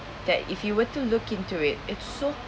that if you were to look into it it's so